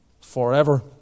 forever